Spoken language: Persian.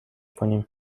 کنیم